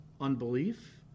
unbelief